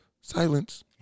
silence